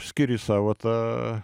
skiri savo tą